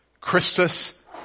Christus